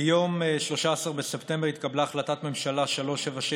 ביום 13 בספטמבר התקבלה החלטת ממשלה 376,